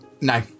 No